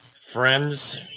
friends